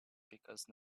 because